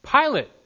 Pilate